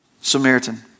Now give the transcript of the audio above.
Samaritan